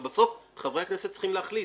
אבל בסוף חברי הכנסת צריכים להחליט,